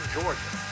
Georgia